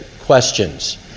questions